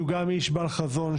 שהוא גם איש בעל חזון,